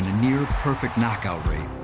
and a near-perfect knockout rate,